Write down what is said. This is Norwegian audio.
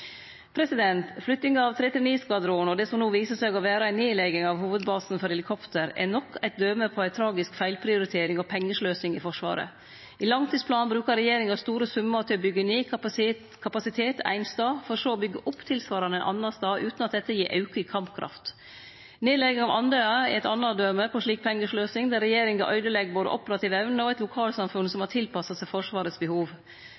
av 339-skvadronen og det som no viser seg å vere ei nedlegging av hovudbasen for helikopter, er nok eit døme på ei tragisk feilprioritering og pengesløsing i Forsvaret. I langtidsplanen bruker regjeringa store summar til å byggje ned kapasitet ein stad, for så å byggje opp tilsvarande ein annan stad, utan at dette gir auka kampkraft. Nedlegginga av Andøya er eit anna døme på slik pengesløsing, der regjeringa øydelegg både operativ evne og eit lokalsamfunn som har tilpassa seg Forsvarets behov.